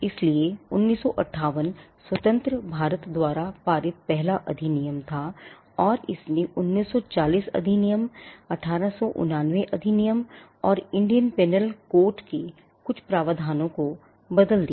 इसलिए 1958 स्वतंत्र भारत द्वारा पारित पहला अधिनियम था और इसने 1940 अधिनियम 1889 अधिनियम और Indian penal court के कुछ प्रावधानों को बदल दिया